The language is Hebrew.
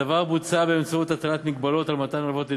הדבר בוצע באמצעות הטלת מגבלות על מתן הלוואות לדיור,